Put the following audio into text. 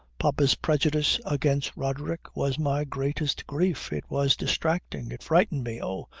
papa's prejudice against roderick was my greatest grief. it was distracting. it frightened me. oh!